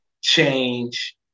change